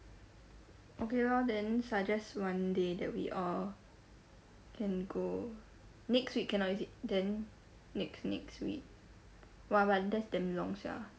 okay lor then suggest one day that we all can go next week cannot is it then next next week !!wah!! but that's damn long sia